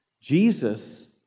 Jesus